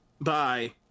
Bye